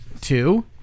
Two